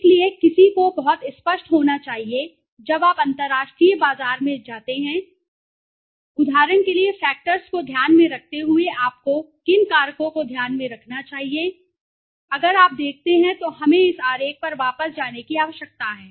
इसलिए किसी को बहुत स्पष्ट होना चाहिए जब आप अंतरराष्ट्रीय बाजार में आते हैं उदाहरण के लिए फैक्टर्स को ध्यान में रखते हुए आपको किन कारकों को ध्यान में रखना चाहिए अगर आप देखते हैं तो हमें इस आरेख पर वापस जाने की आवश्यकता है